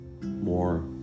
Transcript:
more